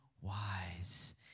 wise